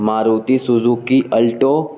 معروتی سزوع کی الٹو